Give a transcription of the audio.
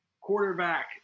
Quarterback